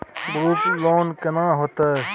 Group loan केना होतै?